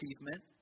achievement